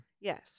Yes